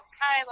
hi